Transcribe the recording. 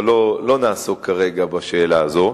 אבל לא נעסוק כרגע בשאלה הזאת.